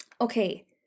Okay